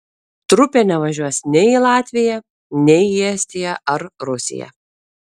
trupė nevažiuos nei į latviją nei į estiją ar rusiją